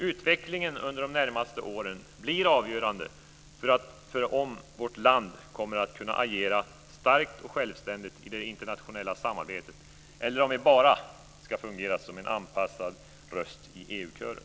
Utvecklingen under de närmaste åren blir avgörande för om vårt land kommer att kunna agera starkt och självständigt i det internationella samarbetet eller om vi bara ska fungera som en anpassad röst i EU-kören.